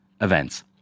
events